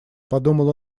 подумал